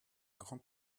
grand